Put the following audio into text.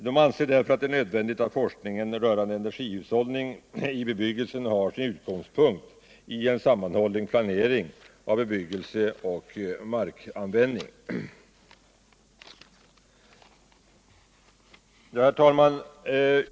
De anser därför att det är ”nödvändigt att forskningen rörande energihushållning i bebyggelsen har sin utgångspunkt i en sammanhållen planering av bebyggelse och markanvändning”. Herr talman!